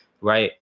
right